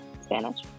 Spanish